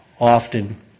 often